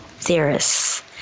theorists